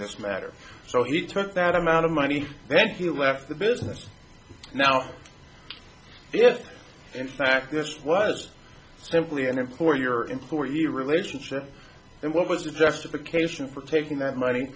this matter so he took that amount of money then he left the business now if in fact this was simply an employer in four year relationship and what was the justification for taking that money